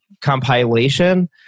compilation